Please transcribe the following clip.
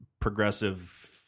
progressive